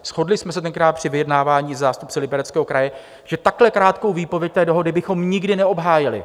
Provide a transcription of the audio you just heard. Shodli jsme se tenkrát při vyjednávání se zástupci Libereckého kraje, že takhle krátkou výpověď té dohody bychom nikdy neobhájili.